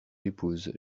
épouse